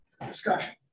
discussion